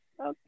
Okay